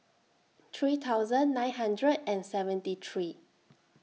three thousand nine hundred and seventy three